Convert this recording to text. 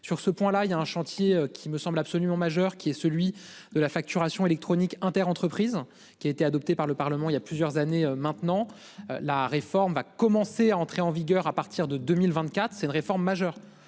Sur ce point là il y a un chantier qui me semble absolument majeur qui est celui de la facturation électronique interentreprises qui a été adoptée par le Parlement il y a plusieurs années maintenant, la réforme va commencer à entrer en vigueur à partir de 2024, c'est une réforme majeure